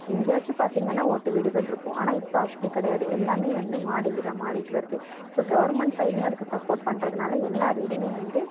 எங்கேயாச்சும் பார்த்திங்கன்னா ஓட்டு வீடுகள்ருக்கும் ஆனால் இப்போ அப்படி கிடையாது எல்லாமே வந்து மாடி வீடாக மாறிகிட்டு வருது ஸோ கவர்மண்ட் சைடிலியும் அதுக்கு சப்போட் பண்றதுனால் எல்லா வீடுமே வந்து